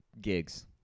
gigs